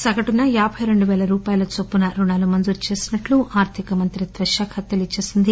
సగటున యాబై రెండు పేల రూపాయల చొప్పున రుణాలు మంజురు చేసినట్లు ఆర్గిక మంత్రిత్వ శాఖ తెలియచేసింది